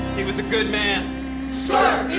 he was a good man sir,